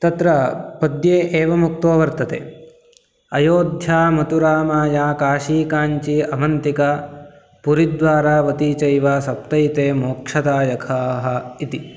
तत्र पद्ये एवं उक्त्वा वर्तते अयोध्या मथुरा माया काशी काञ्ची अवन्तिका पुरि द्वारावती चैव सप्तैते मोक्षदायकाः इति